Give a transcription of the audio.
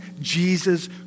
Jesus